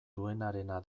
duenarena